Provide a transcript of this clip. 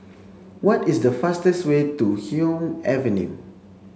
What is the fastest way to Hume Avenue